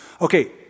Okay